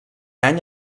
any